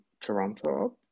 Toronto